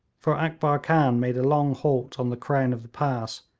for akbar khan made a long halt on the crown of the pass,